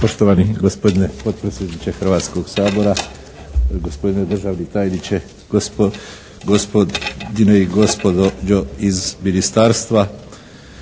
Poštovani gospodine potpredsjedniče Hrvatskoga sabora, gospodine državni tajniče, gospodine i gospođo iz ministarstva!